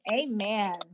Amen